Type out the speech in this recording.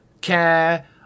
care